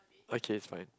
okay it's fine